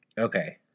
Okay